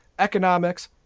Economics